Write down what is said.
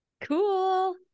Cool